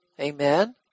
Amen